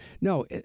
No